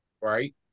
Right